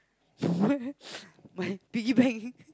my piggy bank